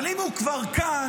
אבל אם הוא כבר כאן,